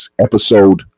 episode